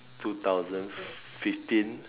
two thousand fifteen